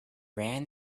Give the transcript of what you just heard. ran